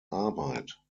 arbeit